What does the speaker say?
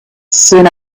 soon